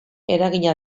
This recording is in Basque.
eragina